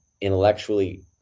intellectually